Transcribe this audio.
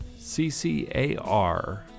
ccar